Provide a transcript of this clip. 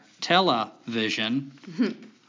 television